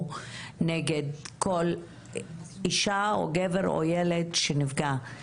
שהם יודעים שברגע שזה ברשת כמעט בלתי אפשרי להוריד את זה משם.